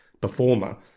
performer